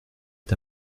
est